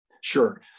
Sure